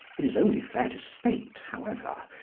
it is only fair to state, however,